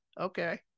Okay